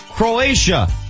Croatia